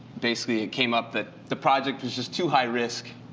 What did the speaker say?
basically it came up that the project was just too high-risk,